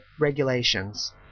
regulations